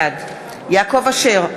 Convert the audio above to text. בעד יעקב אשר,